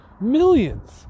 millions